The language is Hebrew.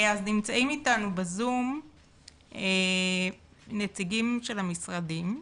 נמצאים איתנו בזום נציגים של המשרדים.